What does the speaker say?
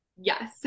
yes